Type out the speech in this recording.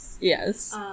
Yes